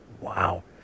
Wow